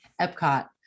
Epcot